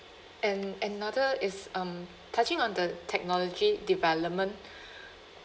and another is um touching on the technology development